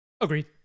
Agreed